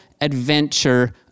adventure